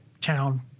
town